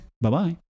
Bye-bye